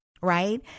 right